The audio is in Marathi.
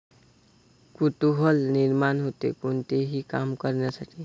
कुतूहल निर्माण होते, कोणतेही काम करण्यासाठी